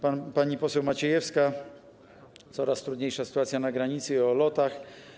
Pani poseł Maciejewska - coraz trudniejsza sytuacja na granicy i loty.